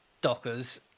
Dockers